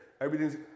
everything's